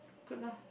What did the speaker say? good lah